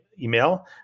email